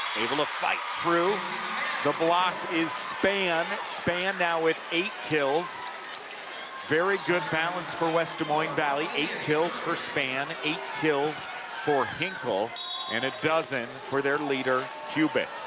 able to fight through the block is spann. spann now with eight kills very good balance for west des moines valley eight kills for spann. eight kills for hinkle and a dozen for their leader kubik.